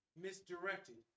Misdirected